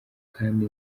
kandi